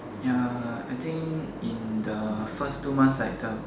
ya I think in the first two months like the